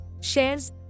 shares